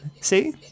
See